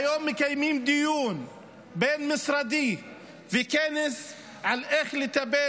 היום מקיימים דיון בין-משרדי וכנס על איך לטפל